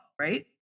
right